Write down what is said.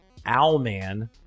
Owlman